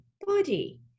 body